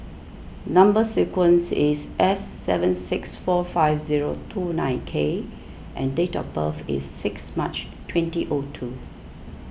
Number Sequence is S seven six four five zero two nine K and date of birth is six March twenty O two